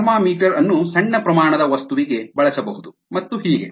thermometer ಅನ್ನು ಸಣ್ಣ ಪ್ರಮಾಣದ ವಸ್ತುವಿಗೆ ಬಳಸಬಹುದು ಮತ್ತು ಹೀಗೆ